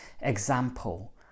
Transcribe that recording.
example